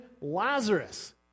Lazarus